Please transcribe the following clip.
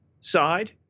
side